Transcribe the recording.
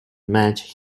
match